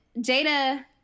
Jada